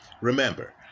Remember